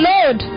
Lord